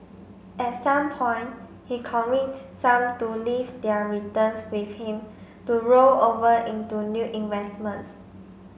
at some point he convinced some to leave their returns with him to roll over into new investments